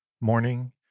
Morning